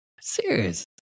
Serious